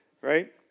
Right